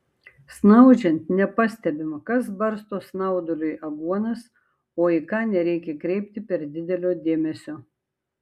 snaudžiant nepastebima kas barsto snauduliui aguonas o į ką nereikia kreipti per didelio dėmesio